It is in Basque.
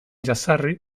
jazarri